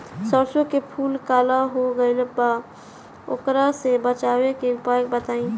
सरसों के फूल काला हो गएल बा वोकरा से बचाव के उपाय बताई?